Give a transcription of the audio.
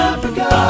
Africa